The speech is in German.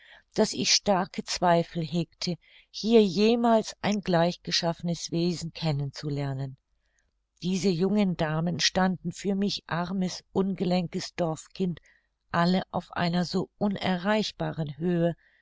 daß ich starke zweifel hegte hier jemals ein gleichgeschaffnes wesen kennen zu lernen diese jungen damen standen für mich armes ungelenkes dorfkind alle auf einer so unerreichbaren höhe